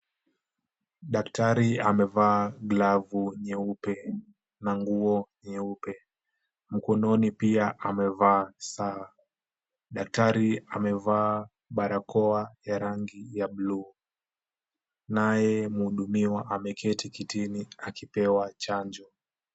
Daktari amevaa glavu nyeupe na nguo nyeupe, mkononi pia amevaa saa. Daktari amevaa barakoa ya rangi ya bluu naye mhudumiwa ameketi kitini akipewa chanjo.